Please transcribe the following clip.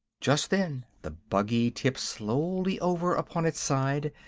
just then the buggy tipped slowly over upon its side,